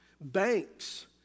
banks